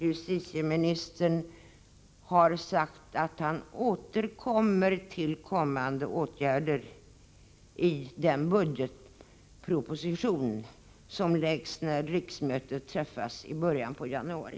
Justitieministern har ju sagt att han återkommer med förslag till åtgärder i den budgetproposition som läggs fram när riksdagen åter samlas i början av januari.